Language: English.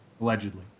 Allegedly